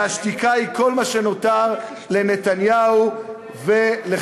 והשתיקה היא כל מה שנותר לנתניהו ולחבריו.